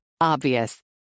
Obvious